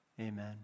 amen